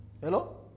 hello